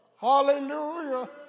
hallelujah